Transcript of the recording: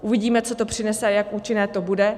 Uvidíme, co to přinese a jak účinné to bude.